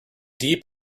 deep